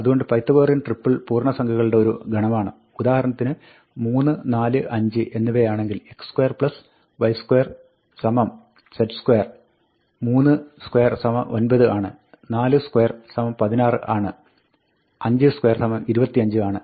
അതുകൊണ്ട് Pythagorean triple പൂർണ്ണസംഖ്യകളുടെ ഒരു ഗണമാണ് ഉദാഹരണത്തിന് 3 4 5 എന്നിവയാണെങ്കിൽ x2 y2 z2 32 9 ആണ് 42 16 ആണ് 52 25 ആണ്